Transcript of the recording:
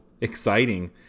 exciting